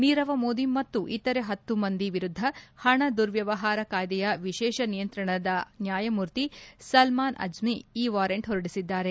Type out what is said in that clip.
ನೀರವ ಮೋದಿ ಮತ್ತು ಇತರೆ ಹತ್ತು ಮಂದಿ ವಿರುದ್ದ ಹಣ ದುರ್ವ್ಗವಹಾರ ಕಾಯ್ಸೆಯ ವಿಶೇಷ ನಿಯಂತ್ರಣದ ನ್ಲಾಯಮೂರ್ತಿ ಸಲ್ನಾನ್ ಅಬ್ಬೆ ಈ ವಾರೆಂಟ್ ಹೊರಡಿಸಿದ್ದಾರೆ